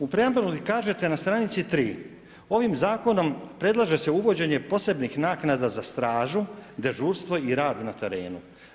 U preambuli kažete na stranici 3., ovim zakonom predlaže se uvođenje posebnih naknada za stražu, dežurstvo i rad na terenu.